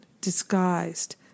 disguised